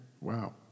wow